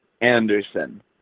Anderson